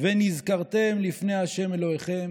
ונזכרתם לפני ה' אלהיכם